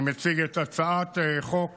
אני מציג את הצעת חוק